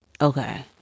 Okay